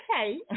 okay